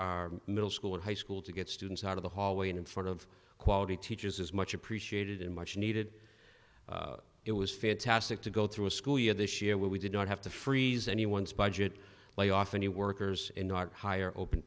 our middle school and high school to get students out of the hallway and in front of quality teachers is much appreciated and much needed it was fantastic to go through a school year this year where we did not have to freeze anyone's budget lay off any workers and not hire open